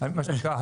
מה שנקרא,